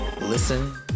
listen